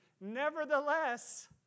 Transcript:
Nevertheless